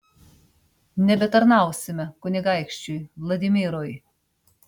nebetarnausime kunigaikščiui vladimirui